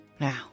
Now